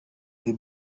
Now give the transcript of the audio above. the